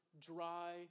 dry